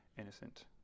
innocent